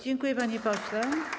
Dziękuję, panie pośle.